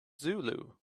zulu